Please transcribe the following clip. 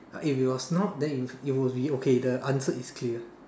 if it was not then it'll it'll be okay the answer is clear